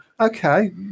Okay